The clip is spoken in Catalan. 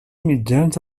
mitjans